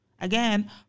Again